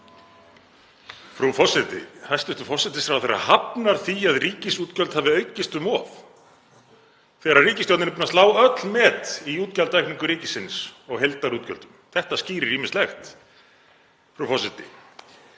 Frú forseti. Hæstv. forsætisráðherra hafnar því að ríkisútgjöld hafi aukist um of þegar ríkisstjórnin er búin að slá öll met í útgjaldaaukningu ríkisins og heildarútgjöldum. Þetta skýrir ýmislegt, frú forseti.